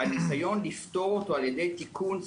והניסיון לפתור אותו על ידי תיקון אחד,